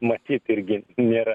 matyt irgi nėra